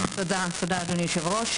תודה אדוני יושב הראש.